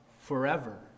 forever